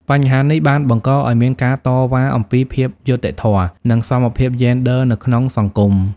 បញ្ហានេះបានបង្កឲ្យមានការតវ៉ាអំពីភាពយុត្តិធម៌និងសមភាពយេនឌ័រនៅក្នុងសង្គម។